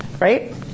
right